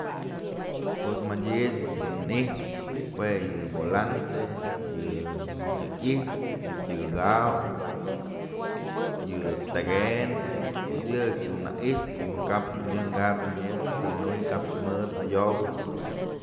Pues madyë ëch dun i'ixpë juë yë volante, yë i'ixtë, yë tyëdëkaw, yë tëkëndë, pues yë dun na i'ixpë kom kap mëdyëjk carro mëdyëjk tën juy kapch mëdë ayobëch.